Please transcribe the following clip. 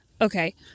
Okay